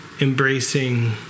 embracing